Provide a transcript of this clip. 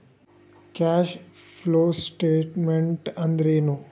Cash flow statement ಅಂದ್ರೇನು?